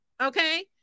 Okay